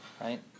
Right